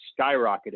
skyrocketed